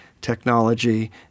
technology